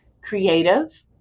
creative